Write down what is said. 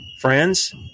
friends